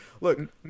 Look